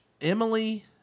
Emily